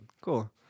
Cool